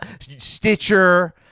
Stitcher